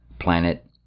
planet